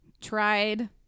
tried